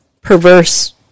perverse